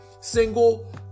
single